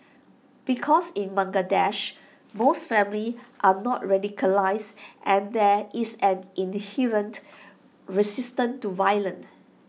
because in Bangladesh most families are not radicalised and there is an inherent resistance to violence